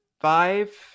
five